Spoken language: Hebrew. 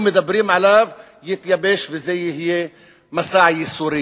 מדברים עליו יתייבש וזה יהיה מסע ייסורים.